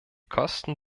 kosten